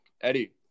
Eddie